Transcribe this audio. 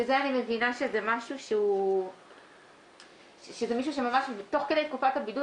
(שזה אני מבינה שזה מישהו שממש תוך כדי תקופת הבידוד